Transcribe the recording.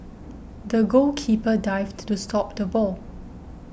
the goalkeeper dived to stop the ball